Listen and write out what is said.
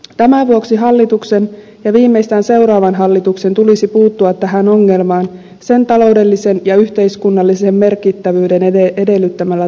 tämän vuoksi hallituksen ja viimeistään seuraavan hallituksen tulisi puuttua tähän ongelmaan sen taloudellisen ja yhteiskunnallisen merkittävyyden edellyttämällä tavalla